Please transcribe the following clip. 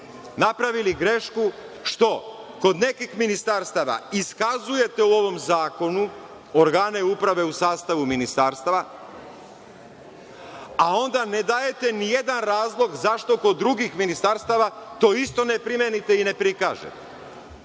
napravili grešku što kod nekih ministarstava iskazujete u ovom zakonu organe uprave u sastavu ministarstava, a onda ne dajete nijedan razlog zašto kod drugih ministarstava to isto ne primenite i ne prikažete. Mi